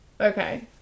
Okay